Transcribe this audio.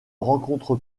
rencontre